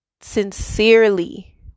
sincerely